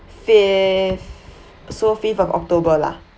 fifth so fifth of october lah